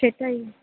সেটাই